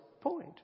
point